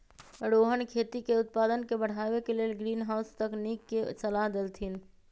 रोहन खेती के उत्पादन के बढ़ावे के लेल ग्रीनहाउस तकनिक के सलाह देलथिन